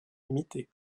limitée